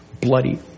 bloody